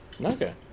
Okay